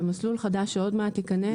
זה מסלול חדש שעוד מעט ייכנס.